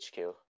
HQ